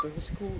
primary school